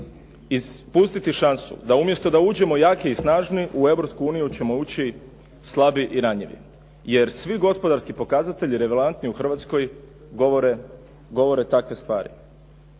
ispustiti šansu da umjesto da uđemo jaki i snažni, u Europsku uniju ćemo ući slabi i ranjivi jer svi gospodarski pokazatelji relevantni u Hrvatskoj govore takve stvari.